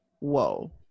whoa